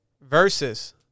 versus